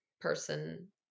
person